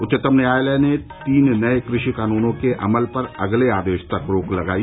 उच्चतम न्यायालय ने तीन नये कृषि कानूनों के अमल पर अगले आदेश तक रोक लगाई